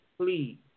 Please